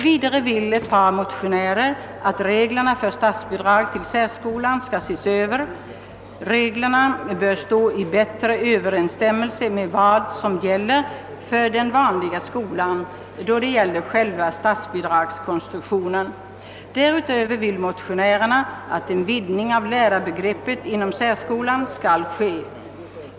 Vidare har det i ett par motioner yrkats att reglerna för statsbidrag till särskola skall ses över. De bör stå i bättre överensstämmelse med vad som gäller för den vanliga skolan i vad avser själva statsbidragets konstruktion. Därutöver vill motionärerna få till stånd en vidgning av lärarbegreppet inom särskolan.